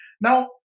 Now